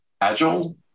Agile